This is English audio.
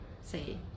say